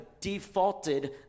defaulted